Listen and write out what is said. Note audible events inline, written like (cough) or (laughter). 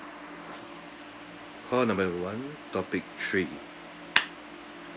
call number one topic three (noise)